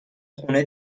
خونه